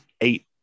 eight